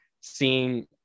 seeing